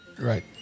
Right